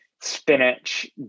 spinach